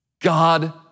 God